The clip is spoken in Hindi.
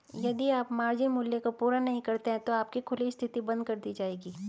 यदि आप मार्जिन मूल्य को पूरा नहीं करते हैं तो आपकी खुली स्थिति बंद कर दी जाएगी